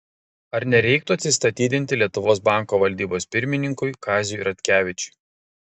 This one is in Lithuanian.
ar nereiktų atsistatydinti lietuvos banko valdybos pirmininkui kaziui ratkevičiui